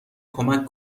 کمک